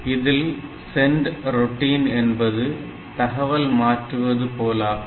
இதில் send routine என்பது தகவல் மாற்றுவது போலாகும்